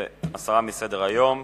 זה הסרה מסדר-היום,